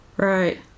Right